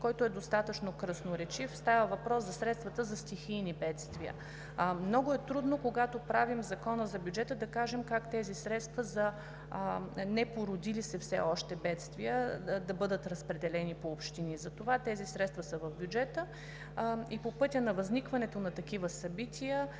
който е достатъчно красноречив. Става въпрос за средствата за стихийни бедствия. Много е трудно, когато правим Закона за бюджета, да кажем как тези средства за непородили се все още бедствия да бъдат разпределени по общини. Затова тези средства са в бюджета и по пътя на възникването на такива събития